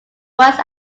west